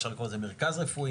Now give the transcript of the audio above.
אפשר לקרוא לזה מרכז רפואי,